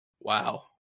wow